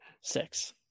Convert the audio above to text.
Six